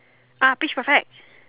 ah pitch perfect